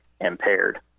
impaired